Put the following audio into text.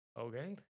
okay